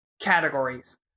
categories